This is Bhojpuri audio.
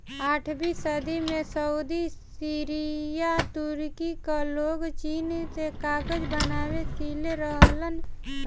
आठवीं सदी में सऊदी, सीरिया, तुर्की कअ लोग चीन से कागज बनावे सिले रहलन सन